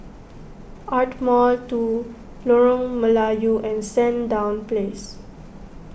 Ardmore two Lorong Melayu and Sandown Place